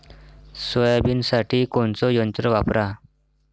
सोयाबीनसाठी कोनचं यंत्र वापरा?